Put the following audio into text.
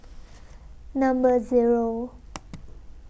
Number Zero